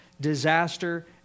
disaster